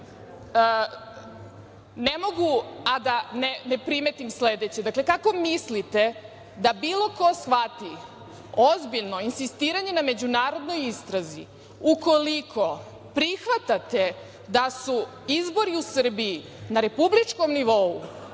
ne mogu a da ne primetim sledeće. Dakle, kako mislite da bilo ko shvati ozbiljno insistiranje na međunarodnoj istrazi ukoliko prihvatate da su izbori u Srbiji na republičkom nivou